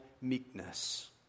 meekness